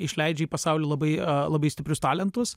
išleidžia į pasaulį labai labai stiprius talentus